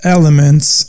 elements